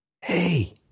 hey